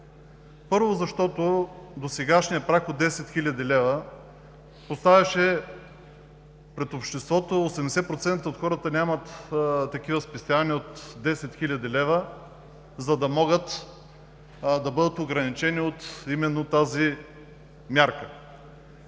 Първо, защото досегашният праг от 10 хил. лв. поставяше пред обществото – 80% от хората нямат такива спестявания от 10 хил. лв., за да могат да бъдат ограничени от именно тази мярка,